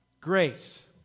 Grace